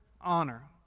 honor